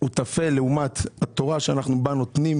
הוא טפל לעומת התורה שאנחנו בה נותנים